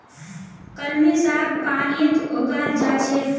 कलमी साग पानीत उगाल जा छेक